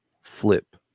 flip